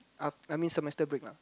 ah I mean semester break lah